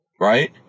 right